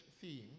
theme